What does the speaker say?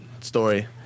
story